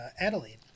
Adelaide